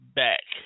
back